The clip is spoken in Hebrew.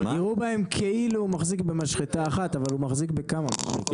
יראו בהם כאילו הוא מחזיק במשחטה אחת אבל הוא מחזיק בכמה משחטות,